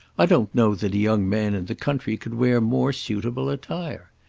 i don't know that a young man in the country could wear more suitable attire.